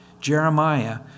Jeremiah